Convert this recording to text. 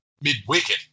mid-wicket